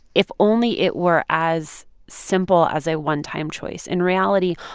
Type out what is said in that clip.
if only it were as simple as a one-time choice in reality,